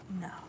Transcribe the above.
No